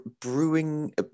brewing